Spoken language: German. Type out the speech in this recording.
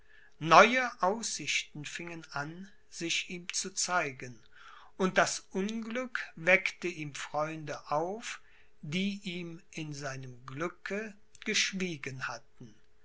neue aussichten fingen an sich ihm zu zeigen und das unglück weckte ihm freunde auf die ihm in seinem glücke geschwiegen hatten